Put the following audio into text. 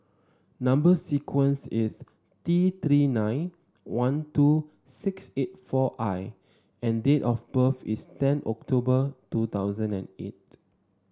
number sequence is T Three nine one two six eight four I and date of birth is ten October two thousand and eight